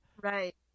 Right